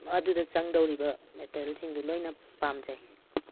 ꯑꯗꯨꯗ ꯆꯪꯗꯣꯔꯤꯕ ꯃꯦꯇꯦꯔꯦꯜꯁꯤꯡꯗꯨ ꯂꯣꯏꯅ ꯄꯥꯝꯖꯩ